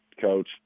Coach